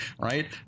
right